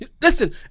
Listen